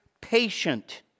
patient